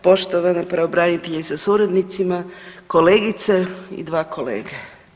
Poštovana pravobraniteljice sa suradnicima, kolegice i dva kolege.